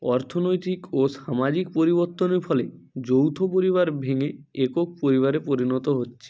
অর্থনৈতিক ও সামাজিক পরিবর্তনের ফলে যৌথ পরিবার ভেঙে একক পরিবারে পরিণত হচ্ছে